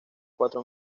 cuatro